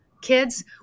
Kids